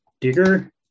digger